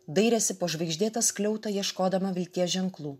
dairėsi po žvaigždėtą skliautą ieškodama vilties ženklų